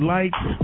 Lights